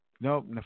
Nope